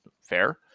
Fair